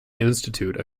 institute